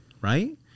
right